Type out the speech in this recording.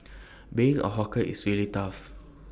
being A hawker is really tough